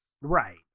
Right